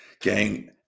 Gang